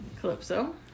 Calypso